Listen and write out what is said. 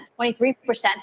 23%